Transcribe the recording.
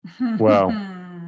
Wow